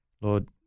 Lord